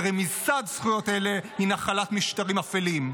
ורמיסת זכויות אלה היא נחלת משטרים אפלים.